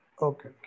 Okay